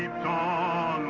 da